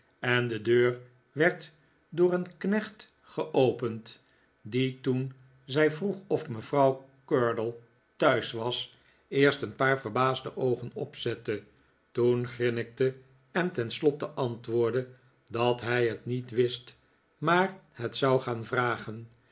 en de deur werd door een knecht geopend die toen zij vroeg of mevrouw curdle thuis was eerst een paar verbaasde oogen opzette toen grifmikte en tenslotte antwoordde dat hij het niet wist maar het zou gaan vragen